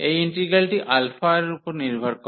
এই ইন্টিগ্রালটি α এর উপর নির্ভর করে